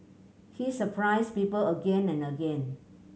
he surprised people again and again